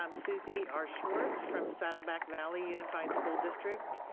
um susie r. swartz from saddleback valley unified school district.